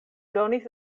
donis